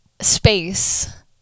space